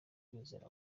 kwizera